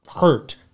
hurt